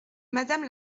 madame